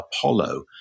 Apollo